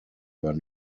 were